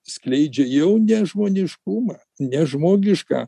skleidžia jau nežmoniškumą nežmogišką